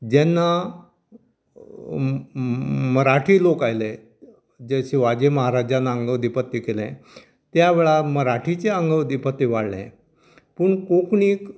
जेन्ना मराठी लोक आयले जे शिवाजी महाराजान हांगा अधिपत्त केलें त्या वेळार मराठीचें हांगा अधिपत्य वाडलें पूण कोंकणीक